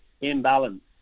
imbalance